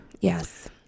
yes